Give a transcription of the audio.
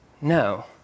No